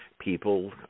people